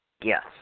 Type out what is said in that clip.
Yes